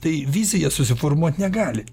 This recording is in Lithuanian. tai vizija susiformuot negali